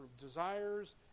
desires